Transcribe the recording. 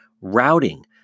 routing